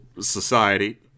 society